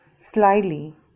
slyly